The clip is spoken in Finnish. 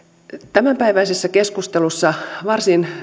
tämänpäiväisessä keskustelussa varsin